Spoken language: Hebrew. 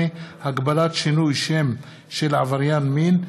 8) (הגבלת שינוי שם של עבריין מין),